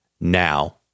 now